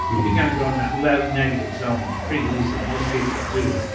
you're going to go in that loud negative zone pretty easily. most people do